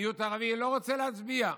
המיעוט הערבי לא רוצה להצביע עליהם.